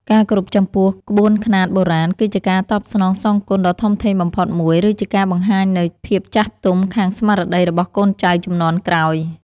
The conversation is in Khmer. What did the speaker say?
ការគោរពចំពោះក្បួនខ្នាតបុរាណ គឺជាការតបស្នងសងគុណដ៏ធំធេងបំផុតមួយ ឬជាការបង្ហាញនូវភាពចាស់ទុំខាងស្មារតីរបស់កូនចៅជំនាន់ក្រោយ។